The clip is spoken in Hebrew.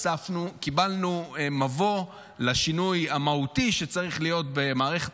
מבוא לשינוי המהותי שצריך להיות במערכת